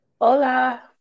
Hola